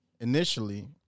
initially